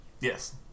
Yes